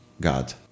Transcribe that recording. God